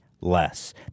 less